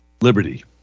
liberty